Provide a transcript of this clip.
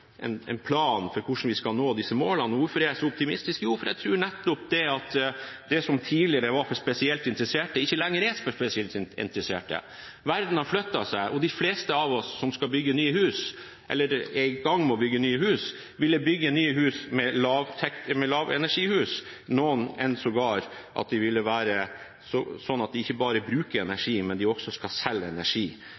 plan for hvordan vi skal nå disse målene. Hvorfor jeg er så optimistisk? Jo, for jeg tror at det som tidligere var for spesielt interesserte, ikke lenger er for spesielt interesserte. Verden har flyttet seg, og de fleste av oss som skal bygge nye hus – eller er i gang med å bygge nye hus – vil bygge lavenergihus, sågar hus